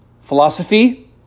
philosophy